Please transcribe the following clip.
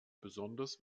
besonders